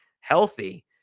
healthy